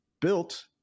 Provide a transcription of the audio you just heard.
built